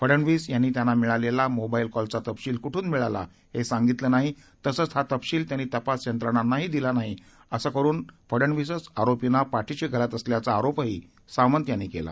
फडणवीस यांनी त्यांना मिळालेला मोबाईल कॉलचा तपशील कुठून मिळाला हे सांगितलं नाही तसंच हा तपशील त्यांनी तपास यंत्रणांनाही दिला नाही असं करून फडणवीसच आरोपींना पाठीशी घालत असल्याचा आरोपही सावंत यांनी केला